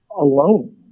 alone